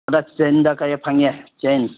ꯑꯗ ꯆꯦꯡꯗ ꯀꯌꯥ ꯐꯪꯉꯦ ꯆꯦꯡ